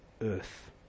earth